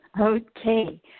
Okay